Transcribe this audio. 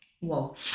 whoa